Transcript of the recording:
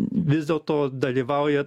vis dėlto dalyvauja